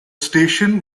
station